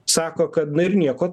sako kad na ir nieko